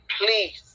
please